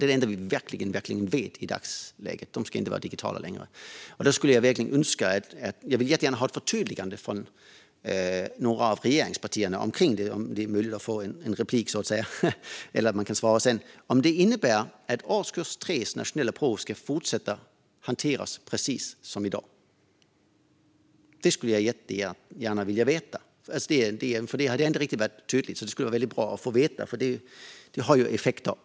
Detta är det enda vi verkligen vet i dagsläget. Jag vill jättegärna ha ett förtydligande gällande detta från några av regeringspartierna om det är möjligt att få en replik. Det går även att svara senare. Innebär detta att årskurs 3:s nationella prov ska fortsätta att hanteras precis som i dag? Det skulle jag jättegärna vilja veta. Det har inte riktigt varit tydligt. Det skulle vara väldigt bra att få veta detta, för det har ju effekter.